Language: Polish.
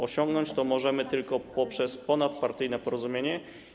Osiągnąć to możemy tylko poprzez ponadpartyjne porozumienie.